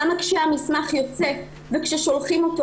למה כשהמסמך יוצא וכששולחים אותו,